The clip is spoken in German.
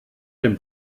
dem